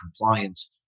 compliance